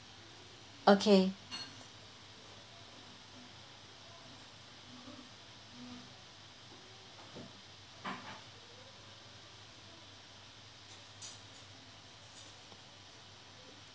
okay